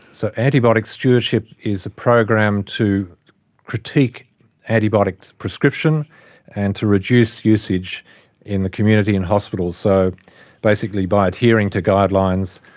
so antibiotic stewardship is a program to critique antibiotic prescription and to reduce usage in the community and hospitals. so basically by adhering to guidelines,